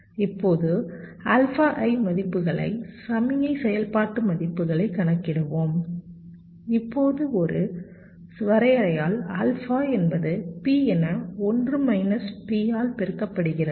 இப்போது alpha i மதிப்புகளை சமிக்ஞை செயல்பாட்டு மதிப்புகளைக் கணக்கிடுவோம் இப்போது ஒரு வரையறையால் ஆல்பா என்பது P என 1 மைனஸ் பி ஆல் பெருக்கப்படுகிறது